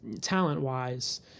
talent-wise